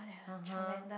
(uh huh)